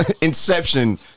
inception